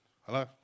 Hello